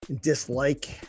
dislike